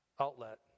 outlet